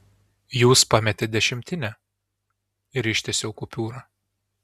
jūs pametėt dešimtinę ir ištiesiau kupiūrą